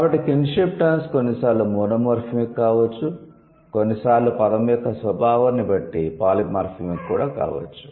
కాబట్టి kinship terms కొన్నిసార్లు monomorphemic కావచ్చు కొన్నిసార్లు పదం యొక్క స్వభావాన్ని బట్టి పాలిమార్ఫెమిక్ కావచ్చు